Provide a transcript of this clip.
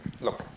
look